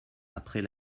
après